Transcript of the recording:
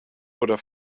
oder